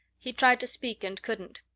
he tried to speak and couldn't.